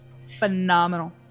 Phenomenal